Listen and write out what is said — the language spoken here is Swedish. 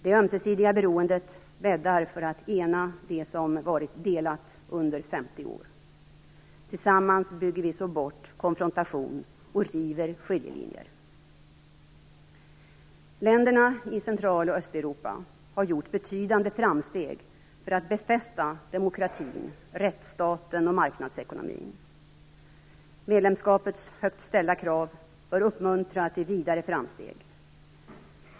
Det ömsesidiga beroendet bäddar för att ena det som varit delat under femtio år. Tillsammans bygger vi så bort konfrontation och river skiljelinjer. Länderna i Central och Östeuropa har gjort betydande framsteg för att befästa demokratin, rättsstaten och marknadsekonomin. Medlemskapets högt ställda krav bör uppmuntra till vidare framsteg.